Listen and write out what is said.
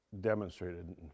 demonstrated